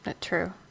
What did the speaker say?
True